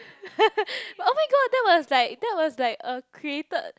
but oh-my-god that was like that was like a created